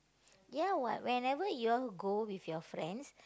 ya what whenever you all go with your friends